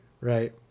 right